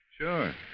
Sure